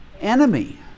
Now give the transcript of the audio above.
enemy